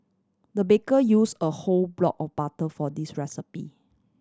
the baker use a whole block of butter for this recipe